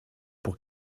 pour